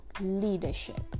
leadership